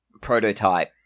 prototype